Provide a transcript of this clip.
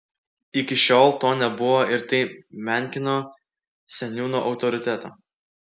iki šiol to nebuvo ir tai menkino seniūno autoritetą